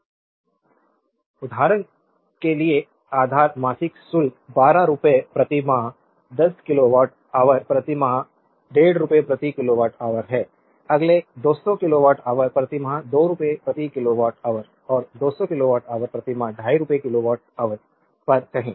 slide time देखें 0030 उदाहरण के लिए आधार मासिक शुल्क 12 रुपये प्रति माह 100 किलोवाट ऑवर प्रति माह 15 रुपये प्रति किलोवाट ऑवर है अगले 200 किलोवाट ऑवर प्रति माह 2 रुपये प्रति किलोवाट ऑवर और 200 किलोवाट ऑवर प्रति माह 25 रुपये किलोवाट ऑवर पर कहें